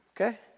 Okay